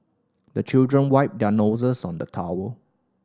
the children wipe their noses on the towel